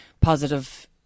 positive